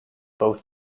both